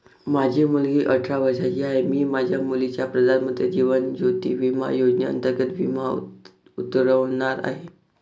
माझी मुलगी अठरा वर्षांची आहे, मी माझ्या मुलीचा प्रधानमंत्री जीवन ज्योती विमा योजनेअंतर्गत विमा उतरवणार आहे